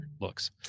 looks